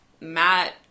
Matt